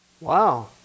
Wow